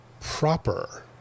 proper